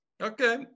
Okay